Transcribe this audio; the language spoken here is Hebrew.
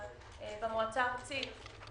במועצה הארצית